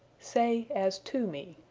say, as to me.